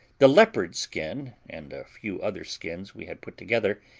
the leopard's skin, and a few other skins we had put together,